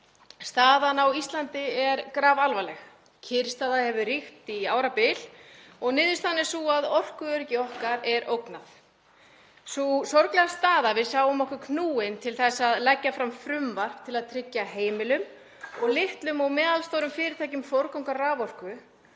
Staðan á Íslandi er grafalvarleg. Kyrrstaða hefur ríkt um árabil og niðurstaðan er sú að orkuöryggi okkar er ógnað. Sú sorglega staða að við sjáum okkur knúin til þess að leggja fram frumvarp til að tryggja heimilum og litlum og meðalstórum fyrirtækjum forgang að raforku